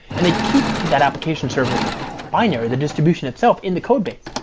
and they keep that application server binary, the distribution itself in the codebase.